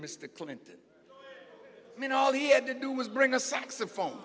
mr clinton i mean all he had to do was bring a saxophone